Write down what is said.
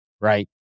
Right